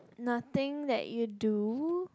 nothing that you do